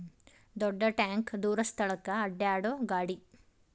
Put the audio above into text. ದೊಡ್ಡ ಟ್ಯಾಂಕ ದೂರ ಸ್ಥಳಕ್ಕ ಅಡ್ಯಾಡು ಗಾಡಿ